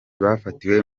bafatiwe